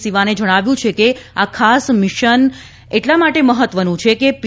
સિવાને જણાવ્યું છે કે આ ખાસ મિશન એટલા માટે મહત્વનું છે કે પી